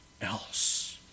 else